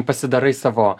pasidarai savo